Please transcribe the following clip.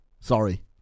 Sorry